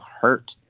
hurt